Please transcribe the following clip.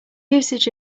usage